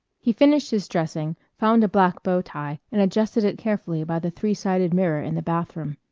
he finished his dressing, found a black bow tie and adjusted it carefully by the three-sided mirror in the bathroom.